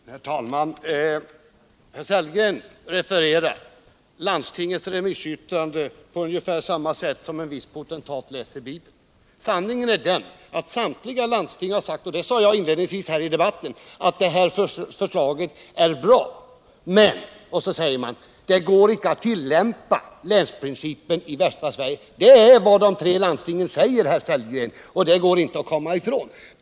Herr talman! Rolf Sellgren refererar landstingens remissyttranden på samma sätt som en viss potentat läser Bibeln. Sanningen är den att samtliga landsting, som jag framhöll i mitt huvudanförande, har sagt att det här förslaget är bra. Men, tillägger man, länsprincipen kan inte tillämpas i västra Sverige. Det är vad de tre landstingen säger, och det kan man inte komma ifrån.